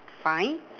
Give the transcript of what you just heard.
fine